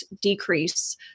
decrease